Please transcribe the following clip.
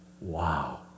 Wow